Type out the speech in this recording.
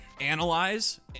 analyze